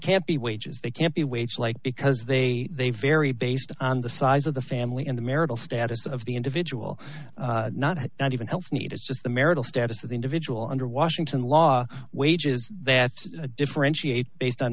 can't be wages they can't be wage like because they they vary based on the size of the family and the marital status of the individual not had not even health need is just the marital status of the individual under washington law wages that differentiate based on